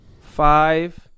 five